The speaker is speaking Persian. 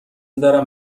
دارم